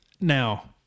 Now